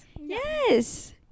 yes